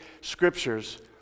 scriptures